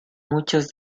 muchos